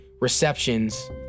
receptions